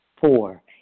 Four